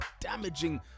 damaging